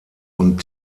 und